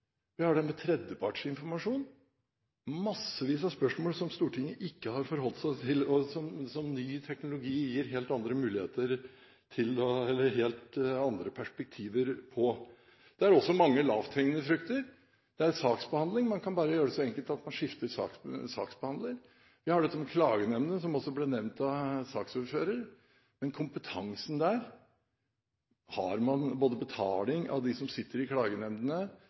Vi har dette med taushetsplikt, vi har dette med tredjepartsinformasjon – mange spørsmål som Stortinget ikke har forholdt seg til, og der ny teknologi gir helt andre perspektiver. Det er også mange lavthengende frukter, som f.eks. saksbehandling. Man kan bare gjøre det så enkelt at man skifter saksbehandler. Vi har dette med klagenemndene – som også ble nevnt av saksordføreren – og kompetansen der. Har man både betaling av dem som sitter i klagenemndene,